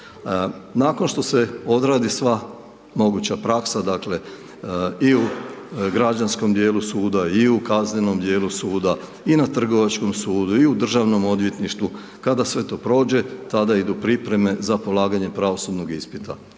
Nakon što se odradi sva moguća praksa dakle, i u građanskom dijelu suda i u kaznenom dijelu suda, i na trgovačkom sudu i u državnom odvjetništvu, kada sve to prođe, tada idu pripreme za polaganje pravosudnog ispita.